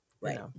right